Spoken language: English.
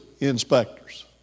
inspectors